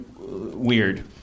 weird